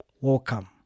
welcome